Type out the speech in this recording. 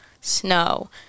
snow